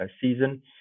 season